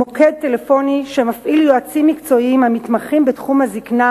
מוקד טלפוני שמפעיל יועצים מקצועיים המתמחים בתחום הזיקנה,